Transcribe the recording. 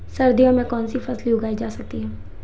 सर्दियों में कौनसी फसलें उगाई जा सकती हैं?